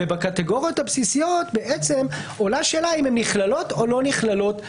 ובקטגוריות הבסיסיות עולה השאלה אם כן נכללות או לא נכללות בחוק-היסוד.